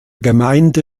gemeinde